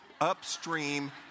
upstream